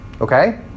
Okay